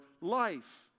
life